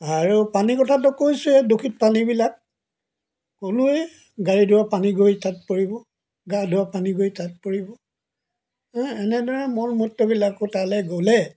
আৰু পানী কথাটো কৈছোঁৱে দূষিত পানীবিলাক ক'লোঁৱে গাড়ী ধোৱা পানী গৈ তাত পৰিব গা ধোৱা পানী গৈ তাত পৰিব এনেদৰে মল মূত্ৰবিলাকো তালৈ গ'লে